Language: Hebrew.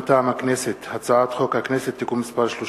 מטעם הכנסת: הצעת חוק הכנסת (תיקון מס' 30)